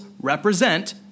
represent